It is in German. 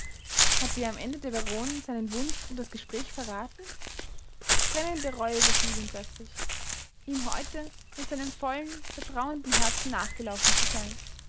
hatte ihr am ende der baron seinen wunsch und das gespräch verraten brennende reue überfiel ihn plötzlich ihm heute mit seinem vollen vertrauenden herzen nachgelaufen zu sein